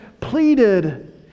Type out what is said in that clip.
pleaded